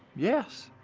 yes.